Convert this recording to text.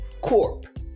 Corp